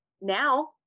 now